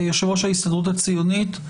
יושב-ראש ההסתדרות הציונית.